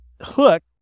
Hook